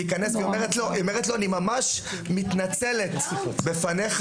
היא אומרת לו: אני ממש מתנצלת בפניך,